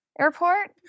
Airport